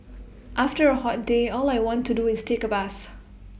after A hot day all I want to do is take A bath